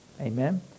Amen